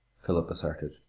philip asserted.